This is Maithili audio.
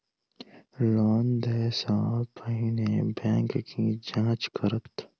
लोन देय सा पहिने बैंक की जाँच करत?